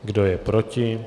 Kdo je proti?